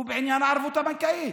היא בעניין הערבות הבנקאית.